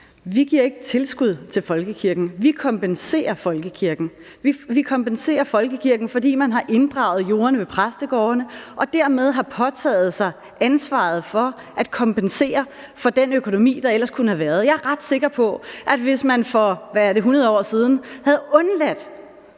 Vi giver ikke tilskud til folkekirken, vi kompenserer folkekirken, fordi man har inddraget jorderne i præstegårdene og dermed har påtaget sig ansvaret for at kompensere for den økonomi, der ellers kunne have været. Jeg er ret sikker på, at hvis man for, hvad er det, 100 år siden havde undladt